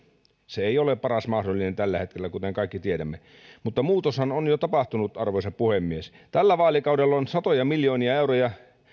se ei ole paras mahdollinen tällä hetkellä kuten kaikki tiedämme mutta muutoshan on jo tapahtunut arvoisa puhemies tällä vaalikaudella on satoja miljoonia euroja